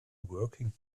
working